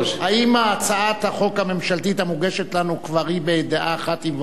האם הצעת החוק הממשלתית המוגשת לנו היא כבר בדעה אחת עם ועדת